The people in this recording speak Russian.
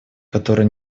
которая